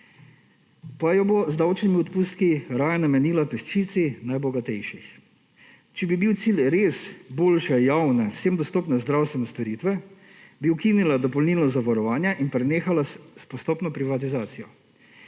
pa jo bo z davčnimi odpustki raje namenila peščici najbogatejših. Če bi bil cilj res boljše javne, vsem dostopne zdravstvene storitve, bi ukinila dopolnilno zavarovanje in prenehala s postopno privatizacijo.